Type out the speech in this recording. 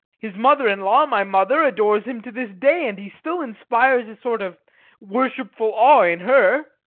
his mother-in-law, my mother, adores him to this day, and he still inspires a sort of worshipful awe in her.